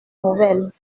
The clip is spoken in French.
nouvelles